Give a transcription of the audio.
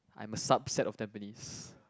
I'm a subset of Tampines